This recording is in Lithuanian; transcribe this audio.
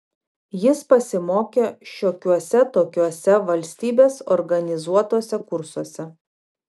jis pasimokė šiokiuose tokiuose valstybės organizuotuose kursuose